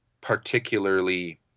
particularly